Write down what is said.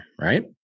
right